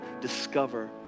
discover